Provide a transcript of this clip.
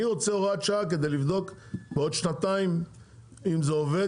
אני רוצה הוראת שעה כדי לבדוק בעוד שנתיים אם זה עובד,